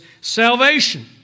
Salvation